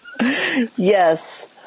Yes